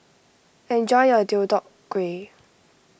enjoy your Deodeok Gui